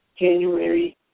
January